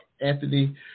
Anthony